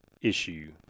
issue